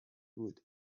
بود